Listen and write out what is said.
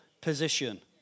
position